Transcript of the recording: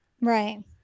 Right